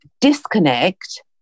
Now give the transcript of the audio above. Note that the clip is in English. disconnect